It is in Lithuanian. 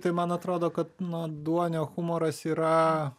tai man atrodo kad na duonio humoras yra